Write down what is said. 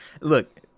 Look